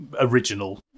original